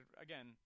again